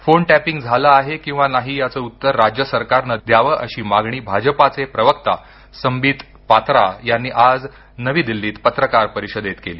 phone tapping झाले आहे किंवा नाही याचं उत्तर राज्य सरकारनं द्यावी अशी मागणी भा ज पा चे प्रवक्ता संबित पात्रा यांनी आज नवी दिल्लीत पत्रकार परिषदेत केली